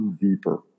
deeper